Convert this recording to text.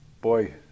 boy